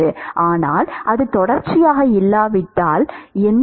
மாணவர் ஆனால் அது தொடர்ச்சியாக இல்லாவிட்டால் சரி